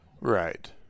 Right